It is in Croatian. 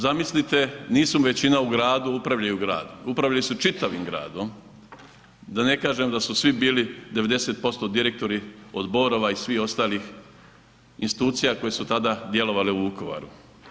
Zamislite nisu većina u gradu, upravljaju gradom, upravljali su čitavim gradom, da ne kažem da su svi bili 90% direktori od Borova i svih ostalih institucija koje su tada djelovale u Vukovaru.